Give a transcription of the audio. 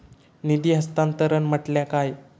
निधी हस्तांतरण म्हटल्या काय?